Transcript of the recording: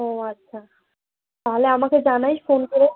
ও আচ্ছা তাহলে আমাকে জানাস ফোন করে